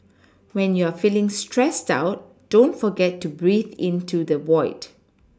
when you are feeling stressed out don't forget to breathe into the void